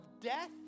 death